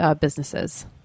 businesses